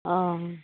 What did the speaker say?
অঁ